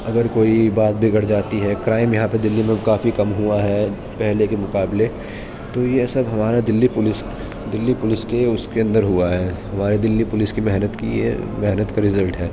اگر کوئی بات بگڑ جاتی ہے کرائم یہاں پہ دلی میں کافی کم ہوا ہے پہلے کے مقابلے تو یہ سب ہمارا دلی پولیس دلی پولیس کے اس کے اندر ہوا ہے ہمارے دلی پولیس کی محنت کی یہ محنت کا رزلٹ ہے